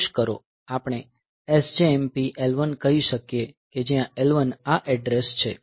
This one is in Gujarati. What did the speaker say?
આપણે SJMP L1 કહી શકીએ કે જ્યાં L1 આ એડ્રેસ છે